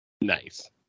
Nice